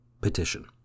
Petition